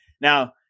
Now